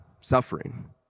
suffering